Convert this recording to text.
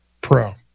pro